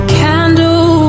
candle